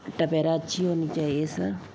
Tavera अच्छी होनी चाहिए सर